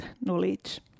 knowledge